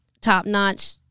top-notch